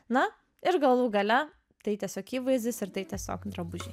na ir galų gale tai tiesiog įvaizdis ir tai tiesiog drabužiai